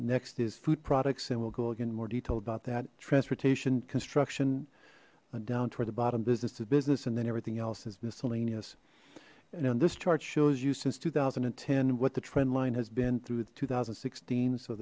next is food products and we'll go again more detail about that transportation construction down toward the bottom businesses business and then everything else is miscellaneous now this chart shows you since two thousand and ten what the trend line has been through two thousand and sixteen so